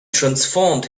transformed